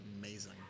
amazing